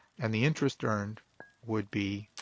and the interest earned would be